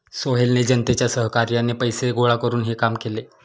सोहेलने जनतेच्या सहकार्याने पैसे गोळा करून हे काम केले